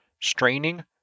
straining